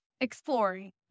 Exploring